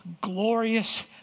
glorious